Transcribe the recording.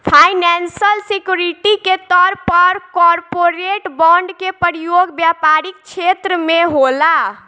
financial security के तौर पर कॉरपोरेट बॉन्ड के प्रयोग व्यापारिक छेत्र में होला